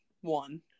one